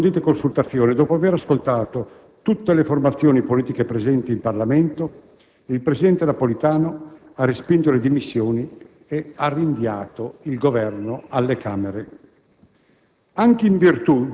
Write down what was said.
Al termine delle approfondite consultazioni e dopo aver ascoltato tutte le formazioni politiche presenti in Parlamento, il presidente Napolitano ha respinto le dimissioni e ha rinviato il Governo alle Camere,